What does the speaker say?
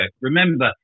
Remember